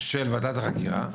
ועדת החקירה.